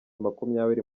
makumyabiri